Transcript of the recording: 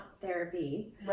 therapy